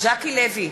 ז'קי לוי,